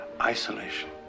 isolation